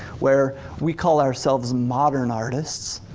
where we call ourselves modern artists,